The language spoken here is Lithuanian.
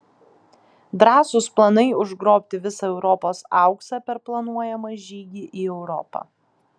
drąsūs planai užgrobti visą europos auksą per planuojamą žygį į europą